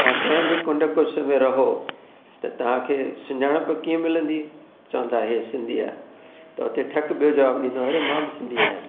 तव्हां कंहिं बि कुंड कुच्छ में रहो त तव्हांखे सुञाणपु कीअं मिलंदी चवंदा इहे सिंधी आहे त हुते ठक ॿियो जवाबु ॾींदो आहे अरे मां सिंधी आहियां